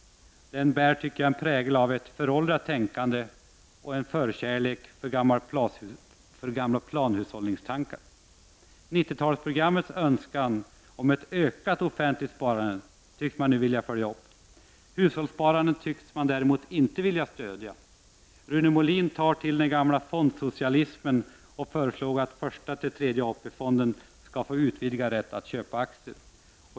Den bär prägel av ett föråldrat tänkande och gamla planhushållningsdrömmar. 90-talsprogrammets önskan om ökat offentligt sparande tycks man nu vilja följa upp. Hushållssparandet tycks man däremot inte vilja stödja. Rune Molin tar till den gamla fondsocialismen och föreslår att första, andra och tredje AP-fonden skall få utvidgad rätt att köpa aktier.